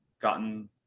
gotten